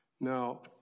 Now